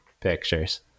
pictures